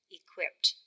equipped